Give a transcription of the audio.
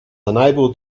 unable